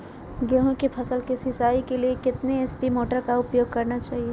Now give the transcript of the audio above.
गेंहू की फसल के सिंचाई के लिए कितने एच.पी मोटर का उपयोग करना चाहिए?